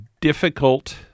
difficult